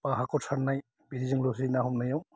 बा हाखर सारनाय बिदिजों लसै ना सारनायाव